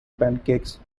pancakes